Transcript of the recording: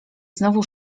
znowu